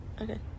okay